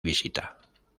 visita